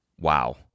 wow